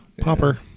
Popper